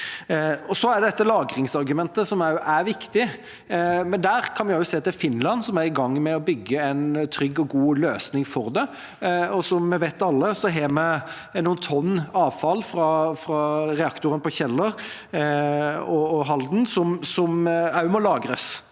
lagringsargumentet, som er viktig, men der kan en jo se til Finland, som er i gang med å bygge en trygg og god løsning. Og som vi alle vet, har vi noen tonn avfall fra reaktorene på Kjeller og i Halden, som også må lagres,